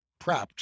prepped